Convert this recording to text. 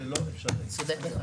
תודה רבה.